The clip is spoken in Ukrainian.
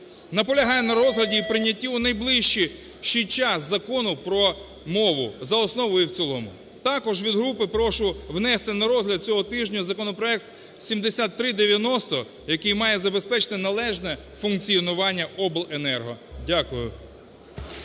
наполягає на розгляді і прийнятті у найближчій час Закону про мову за основу і в цілому. Також від групи прошу внести на розгляд цього тижня законопроект 7390, який має забезпечити належне функціонування обленерго. Дякую.